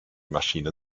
maschine